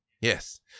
yes